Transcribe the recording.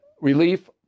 relief